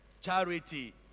charity